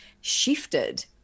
shifted